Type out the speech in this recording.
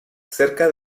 cerca